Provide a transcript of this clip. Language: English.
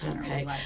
Okay